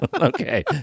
Okay